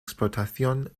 explotación